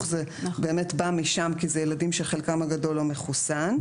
זה באמת בא משם כי זה ילדים שחלקם הגדול לא מחוסן,